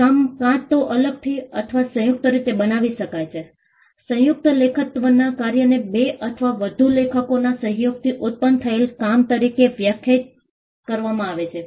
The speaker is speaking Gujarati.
કામ કાં તો અલગથી અથવા સંયુક્ત રીતે બનાવી શકાય છે સંયુક્ત લેખકત્વના કાર્યને બે અથવા વધુ લેખકોના સહયોગથી ઉત્પન્ન થયેલ કામ તરીકે વ્યાખ્યાયિત કરવામાં આવે છે